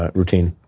ah routine.